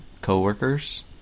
coworkers